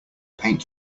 paint